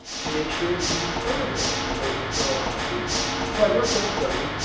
to make sure that you further those referral opportunities. so i wrote down for you,